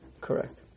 Correct